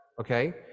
Okay